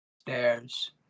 Stairs